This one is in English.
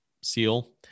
seal